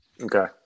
Okay